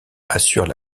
assurent